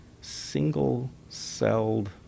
single-celled